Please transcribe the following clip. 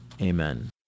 Amen